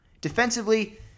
Defensively